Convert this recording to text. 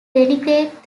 renegade